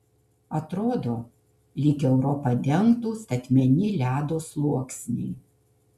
atrodo lyg europą dengtų statmeni ledo sluoksniai